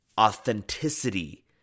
authenticity